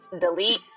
Delete